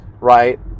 right